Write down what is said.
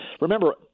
Remember